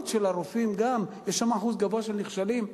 של הרופאים יש אחוז גבוה של נכשלים,